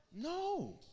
No